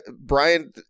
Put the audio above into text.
Brian